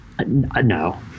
no